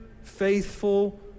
faithful